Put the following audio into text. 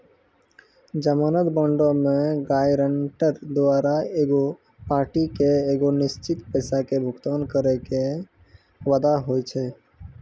जमानत बांडो मे गायरंटर द्वारा एगो पार्टी के एगो निश्चित पैसा के भुगतान करै के वादा होय छै